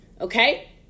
Okay